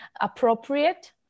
appropriate